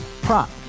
Prop